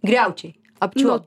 griaučiai apčiuopt